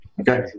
Okay